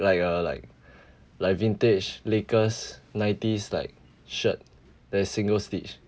like a like like vintage lakers nineties like shirt that is single stitch